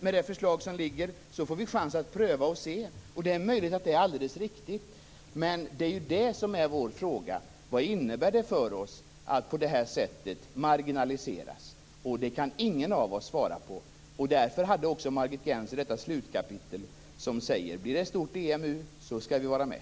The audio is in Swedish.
Med det liggande förslaget får vi chans att pröva och se. Det är möjligt att det är alldeles riktigt, men frågan är: Vad innebär det för oss att på det här sättet marginaliseras? Den frågan kan ingen av oss svara på. Därför handlade också Margit Gennsers slutkapitel om att ifall det blir ett stort EMU så skall vi vara med.